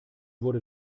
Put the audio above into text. wurde